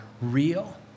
real